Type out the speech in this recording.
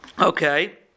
Okay